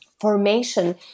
formation